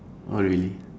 oh really